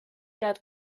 that